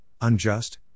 unjust